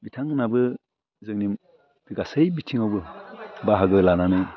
बिथां मोनहाबो जोंनि गासै बिथिङावबो बाहागो लानानै